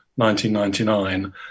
1999